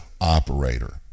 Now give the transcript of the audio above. operator